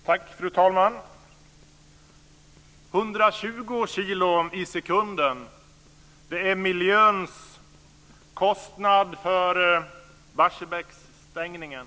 Fru talman! 120 kilo i sekunden - det är miljöns kostnad för Barsebäcksstängningen.